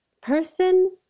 person